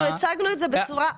אנחנו הצגנו את זה בצורה אחרת.